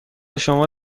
شما